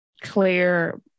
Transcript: clear